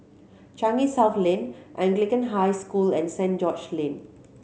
Changi South Lane Anglican High School and Saint George Lane